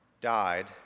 died